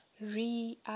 re